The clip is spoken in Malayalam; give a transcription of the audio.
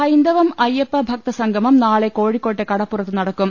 ഹൈന്ദവം അയ്യപ്പ ഭക്ത സംഗമം നാളെ കോഴിക്കോട്ട് കടപ്പുറത്ത് നടക്കും